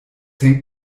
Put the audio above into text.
hängt